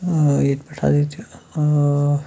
ییٚتہِ پٮ۪ٹھ حظ ییٚتہِ اۭں